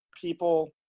people